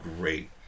great